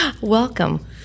Welcome